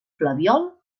flabiol